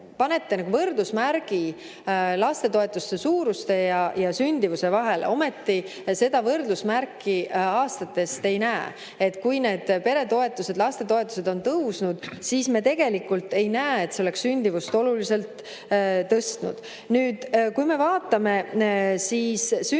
panete võrdusmärgi lastetoetuste suuruse ja sündimuse vahele, ometi seda võrdusmärki aastates ei näe. Kui need peretoetused, lastetoetused on tõusnud, siis me tegelikult ei näe, et see oleks sündimust oluliselt tõstnud. Kui me vaatame sündimust